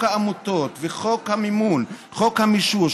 חוק העמותות וחוק המימון וחוק המישוש,